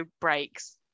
breaks